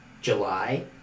July